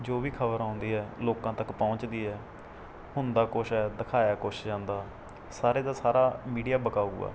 ਜੋ ਵੀ ਖਬਰ ਆਉਂਦੀ ਹੈ ਲੋਕਾਂ ਤੱਕ ਪਹੁੰਚਦੀ ਹੈ ਹੁੰਦਾ ਕੁਛ ਹੈ ਦਿਖਾਇਆ ਕੁਛ ਜਾਂਦਾ ਸਾਰੇ ਦਾ ਸਾਰਾ ਮੀਡੀਆ ਵਿਕਾਊ ਆ